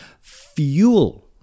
fuel